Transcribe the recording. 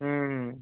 হুম হুম